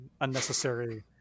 unnecessary